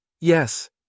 Yes